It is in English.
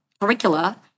curricula